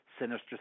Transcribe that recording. Sinister